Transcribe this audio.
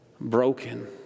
broken